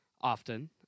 often